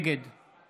נגד